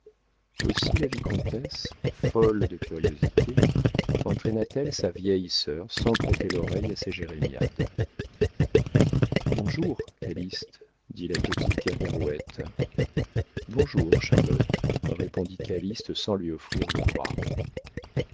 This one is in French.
aussi la vicomtesse folle de curiosité entraîna t elle sa vieille sœur sans prêter l'oreille à ses jérémiades bonjour calyste dit la petite kergarouët bonjour charlotte répondit calyste sans lui offrir le bras